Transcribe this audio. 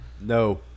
No